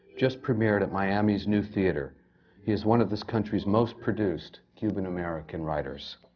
just premiered at miami's new theatre. he is one of this country's most-produced cuban-american writers.